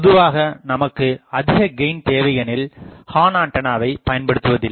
பொதுவாக நமக்கு அதிகக் கெயின் தேவையெனில் ஹார்ன்ஆண்டனாவை பயன்படுத்துவதில்லை